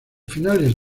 finales